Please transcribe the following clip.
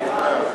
סעיפים